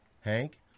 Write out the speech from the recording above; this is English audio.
Hank